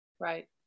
right